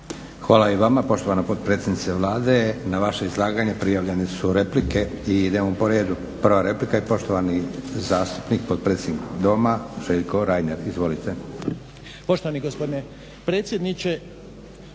Hvala i vama poštovana potpredsjednice Vlade. Na vaše izlaganje prijavljene su replike. Idemo po redu. Prva replika i poštovani zastupnik potpredsjednik Doma Željko Reiner. Izvolite.